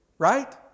right